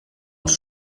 els